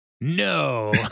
no